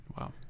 Wow